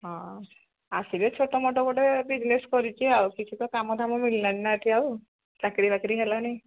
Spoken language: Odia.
ହଁ ଆସିବେ ଛୋଟ ମୋଟ ଗୋଟେ ବିଜିନେସ୍ କରିଛି ଆଉ କିଛି ତ କାମ ଦାମ ମିଳିଲାନି ନା ଏଠି ଆଉ ଚାକିରୀ ବାକିରୀ ହେଲାନି